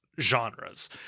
genres